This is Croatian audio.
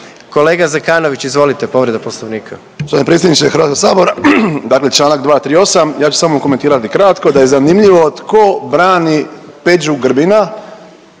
Kolega Zekanović, izvolite povreda Poslovnika.